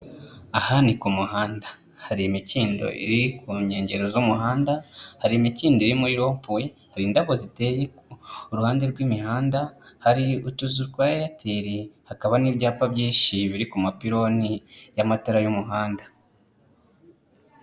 Aha ni ku muhanda. Hari imikindo iri ku nkengero z'umuhanda, hari imikindo iri muri rompuwe, hari indabo ziteye uruhande rw'imihanda, hari utuzu twa airtel, hakaba n'ibyapa byinshi biri ku mapironi y'amatara y'umuhanda.